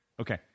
okay